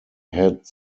had